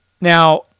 Now